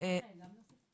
אפשר גם להתייחס?